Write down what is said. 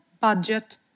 budget